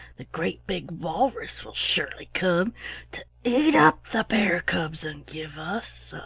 the great big walrus will surely come to eat up the bear cubs and give us